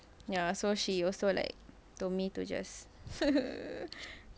ya so she also like told me to just